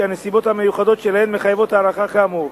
שהנסיבות המיוחדות שלהן מחייבות הארכה כאמור.